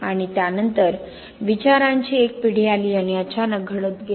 आणि त्यानंतर विचारांची एक पिढी आली आणि अचानक घडत गेले